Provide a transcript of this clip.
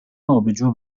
آبجو